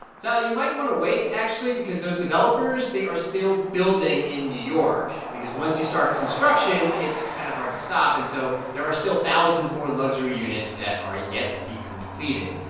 sally, you might want to wait, actually, because those developers they are still building in new york because once you start construction, it's kind of hard to stop. and so there are still thousands more luxury units that are yet to be completed.